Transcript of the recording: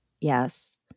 yes